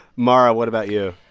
mara, what about you?